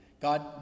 God